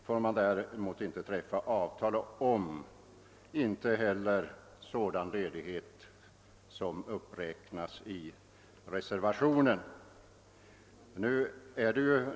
får man däremot inte träffa avtal om och inte heller om sådan ledighet som anges i reservationen.